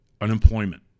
unemployment